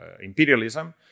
imperialism